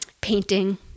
painting